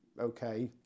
okay